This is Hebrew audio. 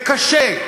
זה קשה.